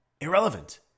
irrelevant